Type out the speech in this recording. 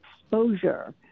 exposure—